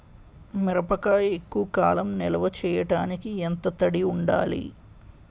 మిరపకాయ ఎక్కువ కాలం నిల్వ చేయటానికి ఎంత తడి ఉండాలి?